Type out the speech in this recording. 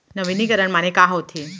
नवीनीकरण माने का होथे?